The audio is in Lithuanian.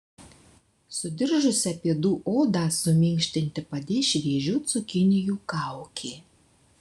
sudiržusią pėdų odą suminkštinti padės šviežių cukinijų kaukė